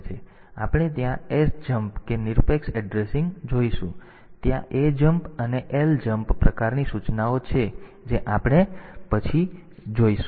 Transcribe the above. તેથી આપણે ત્યાં sjmp કે નિરપેક્ષ એડ્રેસિંગ જોઈશું ત્યાં ajmp અને ljmp પ્રકારની સૂચનાઓ છે જે આપણે પછી જોઈશું